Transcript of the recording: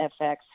FX